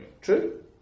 True